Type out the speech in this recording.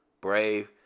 Brave